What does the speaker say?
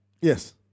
Yes